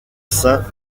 sein